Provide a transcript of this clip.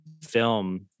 film